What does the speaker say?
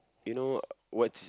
you know what what's